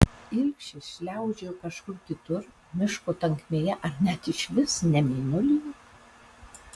ilgšis šliaužiojo kažkur kitur miško tankmėje ar net išvis ne mėnulyje